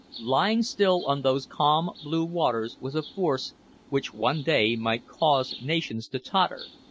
lying still on those calm blue waters was a force which one day might cause nations to totter,